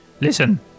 Listen